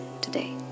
today